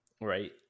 right